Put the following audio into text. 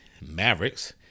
Mavericks